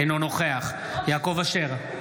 אינו נוכח יעקב אשר,